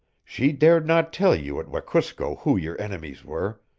she dared not tell you at wekusko who your enemies were,